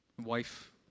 Wife